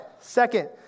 Second